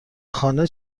خانه